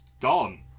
gone